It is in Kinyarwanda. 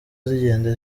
zigenda